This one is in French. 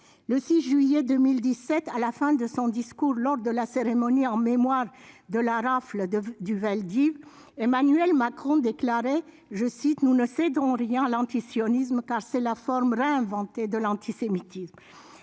Le 16 juillet 2017, à la fin de son discours prononcé lors de la cérémonie en mémoire de la rafle du Vel d'Hiv, Emmanuel Macron déclarait :« Nous ne céderons rien à l'antisionisme, car c'est la forme réinventée de l'antisémitisme.